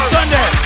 Sunday